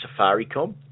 safaricom